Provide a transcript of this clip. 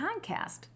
podcast